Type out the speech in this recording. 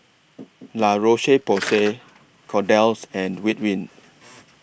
La Roche Porsay Kordel's and Ridwind